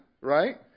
right